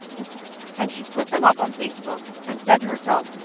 and she put them up on facebook and said to herself,